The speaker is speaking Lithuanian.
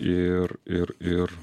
ir ir ir